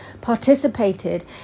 participated